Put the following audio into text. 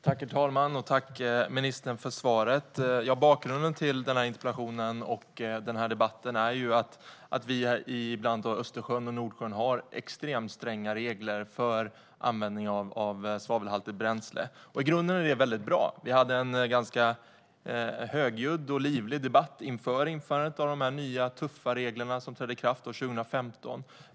Herr talman! Tack, ministern, för svaret! Bakgrunden till denna interpellation och denna debatt är att vi i Östersjön och Nordsjön har extremt stränga regler för användning av svavelhaltigt bränsle. I grunden är det väldigt bra. Vi hade en ganska högljudd och livlig debatt inför införandet av de nya tuffa reglerna, som trädde i kraft 2015.